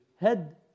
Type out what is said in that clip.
head